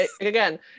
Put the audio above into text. again